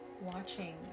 watching